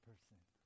person